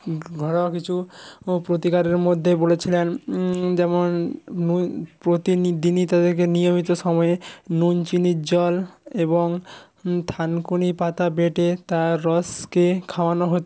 ঘরোয়া কিছু প্রতিকারের মধ্যে বলেছিলেন যেমন প্রতিদিনই তাদেরকে নিয়মিত সময়ে নুন চিনির জল এবং থানকুনি পাতা বেঁটে তার রসকে খাওয়ানো হতো